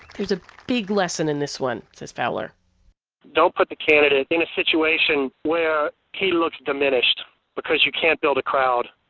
there's a big lesson in this one, says fowler don't put the candidate in a situation where he looks diminished because you can't build a crowd.